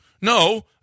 No